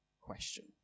question